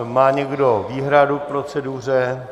Má někdo výhradu k proceduře?